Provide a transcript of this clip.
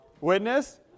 Witness